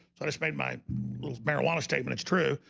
so i just made mine marijuana statement it's true.